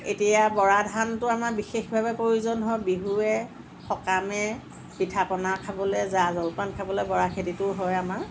এতিয়া বৰা ধানটো আমাৰ বিশেষভাৱে প্ৰয়োজন হয় বিহুৱে সকামে পিঠা পনা খাবলে জা জলপান খাবলে বৰা খেতিটো হয় আমাৰ